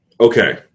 Okay